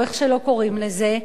או איך שלא קוראים לזה,